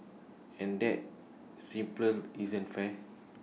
and that simply isn't fair